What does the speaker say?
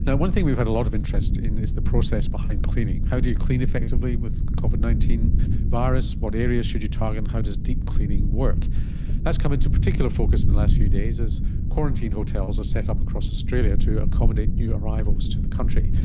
yeah one thing we've had a lot of interest in is the process behind cleaning. how do you clean effectively with covid nineteen virus, what areas should you target, and how does deep cleaning work? that has come into particular focus in the last few days as quarantine hotels are set up across australia to accommodate new arrivals to the country,